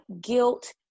guilt